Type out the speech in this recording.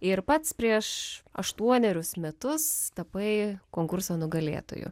ir pats prieš aštuonerius metus tapai konkurso nugalėtoju